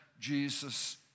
Jesus